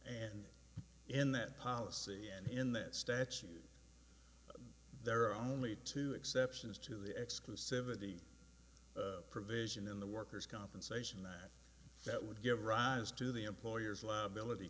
and in that policy and in that statute there are only two exceptions to the exclusivity provision in the worker's compensation that that would give rise to the employer's liability